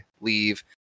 leave